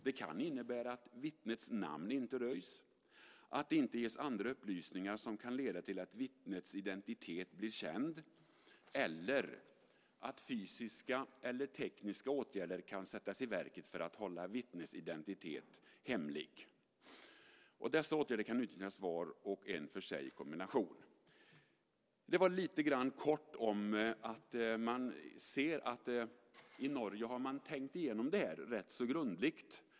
Det kan innebära att vittnets namn inte röjs, att det inte ges andra upplysningar som kan leda till att vittnets identitet blir känd eller att fysiska eller tekniska åtgärder kan sättas i verket för att hålla vittnets identitet hemlig. Dessa åtgärder kan utnyttjas var och en för sig eller i kombination. Det här var helt kort lite grann om att man ser att de i Norge rätt så grundligt har tänkt igenom detta.